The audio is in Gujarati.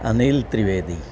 અનિલ ત્રિવેદી